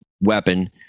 weapon